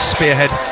Spearhead